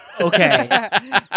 Okay